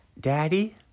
Daddy